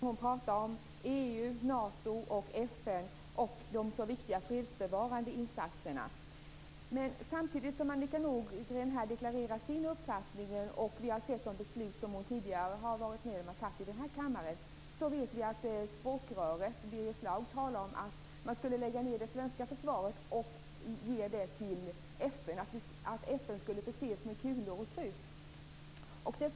Herr talman! Miljöpartiets inställning i dessa frågor är inte alltid helt klar. Jag har lyssnat på Annika Nordgren. Hon talade om EU, Nato, FN och de så viktiga fredsbevarande insatserna. Samtidigt som Annika Nordgren deklarerar sin uppfattning - och vi har sett de beslut som hon tidigare varit med om att fatta i den här kammaren - vet vi att språkröret Birger Schlaug säger att man borde lägga ned det svenska försvaret och överlåta det till FN, att FN skulle förses med kulor och krut.